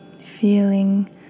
Feeling